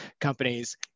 companies